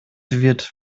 wird